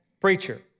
preacher